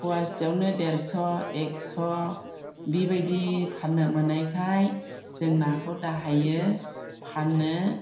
पवासेआवनो देरस' एक्स' बेबायदि फाननो मोननायखाय जों नाखौ दाहायो फानो